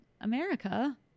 America